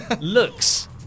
looks